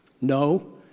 No